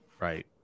right